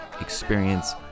experience